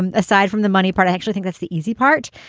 um aside from the money part, i actually think that's the easy part.